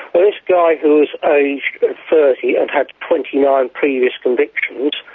this guy, who was aged thirty and had twenty nine previous convictions,